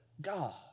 God